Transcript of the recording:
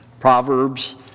Proverbs